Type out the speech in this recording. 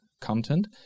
content